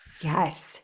Yes